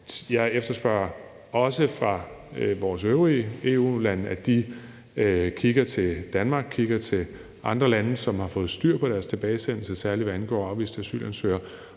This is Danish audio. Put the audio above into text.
Jeg efterspørger også fra de øvrige EU-lande, at de kigger til Danmark, kigger til andre lande, som har fået styr på deres tilbagesendelse, særlig hvad angår afviste asylansøgere,